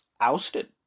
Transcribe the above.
ousted